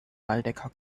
waldecker